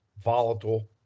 volatile